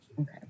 okay